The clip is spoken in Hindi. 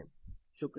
Thank you शुक्रिया